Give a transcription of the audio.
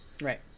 Right